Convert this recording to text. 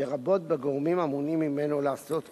לרבות בגורמים המונעים ממנו לעשות כן.